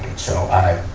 so i,